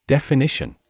Definition